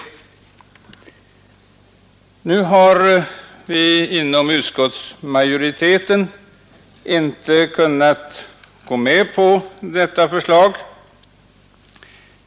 Vi inom utskottsmajoriteten har inte kunnat gå med på dessa förslag.